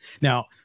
Now